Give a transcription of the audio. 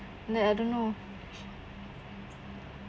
that I don't know